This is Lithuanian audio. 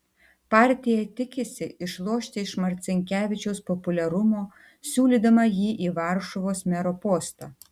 partija tikisi išlošti iš marcinkevičiaus populiarumo siūlydama jį į varšuvos mero postą